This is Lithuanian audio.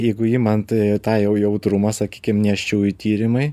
jeigu imant tą jau jautrumą sakykim nėščiųjų tyrimai